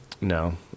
No